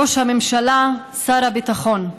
ראש הממשלה ושר הביטחון,